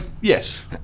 yes